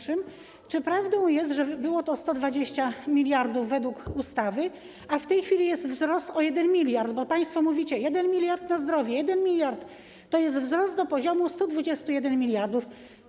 Czy prawdą jest, że było to 120 mld zł według ustawy, a w tej chwili jest wzrost o 1 mld zł, bo państwo mówicie, że 1 mld zł na zdrowie, a 1 mld zł to jest wzrost do poziomu 121 mld zł?